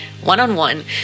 one-on-one